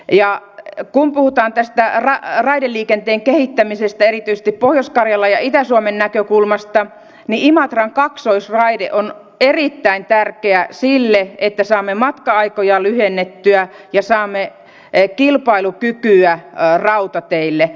ja kun puhutaan tästä raideliikenteen kehittämisestä erityisesti pohjois karjalan ja itä suomen näkökulmasta niin imatran kaksoisraide on erittäin tärkeä sille että saamme matka aikoja lyhennettyä ja saamme kilpailukykyä rautateille